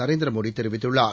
நரேந்திரமோடிதெரிவித்துள்ளார்